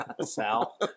Sal